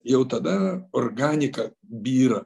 jau tada organika byra